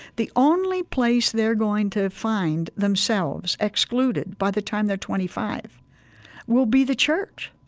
the only place they're going to find themselves excluded by the time they're twenty five will be the church.